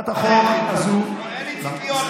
אני לא מצפה מפשיסטים.